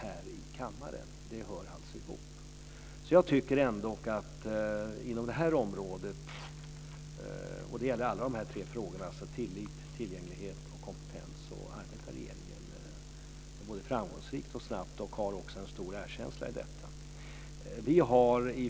Dessa frågor hör alltså ihop. Inom det här området, och det gäller då alla tre frågorna - alltså tillit, tillgänglighet och kompetens - arbetar regeringen både framgångsrikt och snabbt och möter också en stor erkänsla i detta sammanhang.